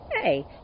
hey